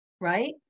right